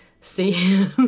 See